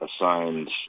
assigned